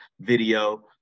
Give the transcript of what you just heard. video